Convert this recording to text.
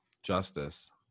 Justice